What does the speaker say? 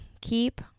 keep